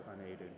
unaided